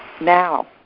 now